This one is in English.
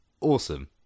awesome